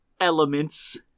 elements